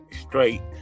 straight